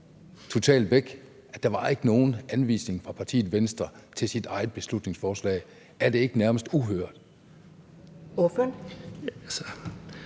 totalt væk, at der ikke var nogen anvisning fra partiet Venstre til deres eget beslutningsforslag. Er det ikke nærmest uhørt? Kl.